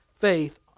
faith